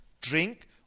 drink